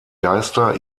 geister